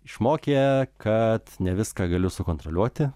išmokė kad ne viską galiu sukontroliuoti